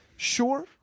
Sure